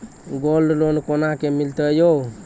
Gold loan कोना के मिलते यो?